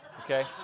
Okay